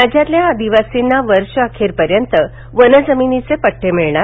राज्यातल्या आदिवासींना वर्षाअखेरपर्यंत वनजमिनींचे पट्टे मिळणार